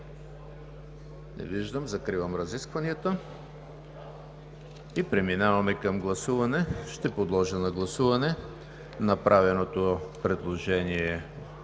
Не виждам. Закривам разискванията. Преминаваме към гласуване. Подлагам на гласуване направеното предложение